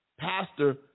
pastor